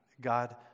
God